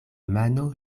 mano